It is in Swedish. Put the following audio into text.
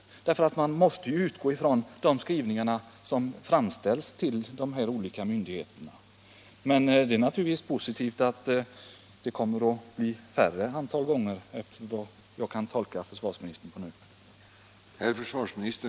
Man måste ju utgå från de ansökningar som framställs till de olika myndigheterna. Men det är naturligtvis positivt att få veta att det kommer att bli ett mindre antal gånger enligt vad försvarsministern nu säger.